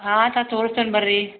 ಆಯ್ತ್ ಆಯ್ತ್ ತೋರಿಸ್ತೇನ್ ಬನ್ರಿ